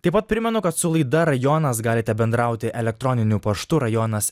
taip pat primenu kad su laida rajonas galite bendrauti elektroniniu paštu rajonas